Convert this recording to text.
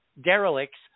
derelicts